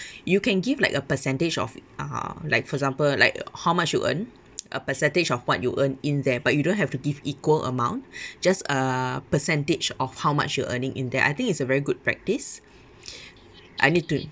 you can give like a percentage of uh like for example like how much you earn a percentage of what you earn in there but you don't have to give equal amount just a percentage of how much you're earning in there I think it's a very good practice I need to